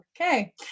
Okay